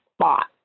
spot